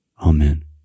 Amen